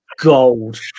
gold